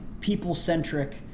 people-centric